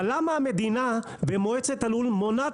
אבל למה המדינה ומועצת הלול מונעות